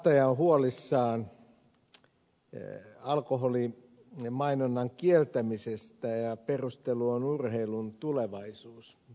sampsa kataja on huolissaan alkoholimainonnan kieltämisestä ja perusteluna on urheilun tulevaisuus